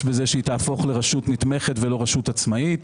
בכך שהיא תהפוך לרשות נתמכת ולא רשות עצמאית.